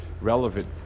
relevant